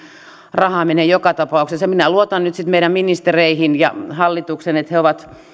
rahaa menee joka tapauksessa minä luotan nyt sitten meidän ministereihin ja hallitukseen että he ovat